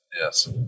yes